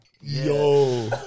Yo